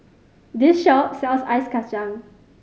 this shop sells ice kacang